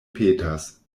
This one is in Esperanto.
petas